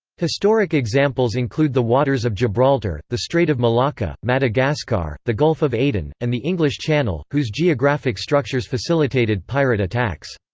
historic examples include the waters of gibraltar, the strait of malacca, madagascar, the gulf of aden, and the english channel, whose geographic structures facilitated pirate attacks.